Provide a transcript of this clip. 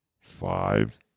five